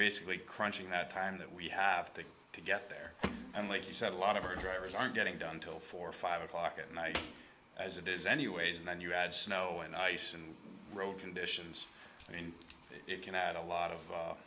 basically crunching that time that we have to to get there and what he said a lot of our drivers aren't getting done till four or five o'clock at night as it is anyways and then you add snow and ice and road conditions and it can add a lot of